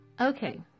Okay